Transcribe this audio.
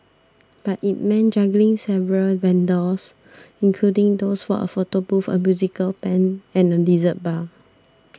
but it meant juggling several vendors including those for a photo booth a musical band and a dessert bar